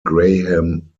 graham